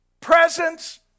presence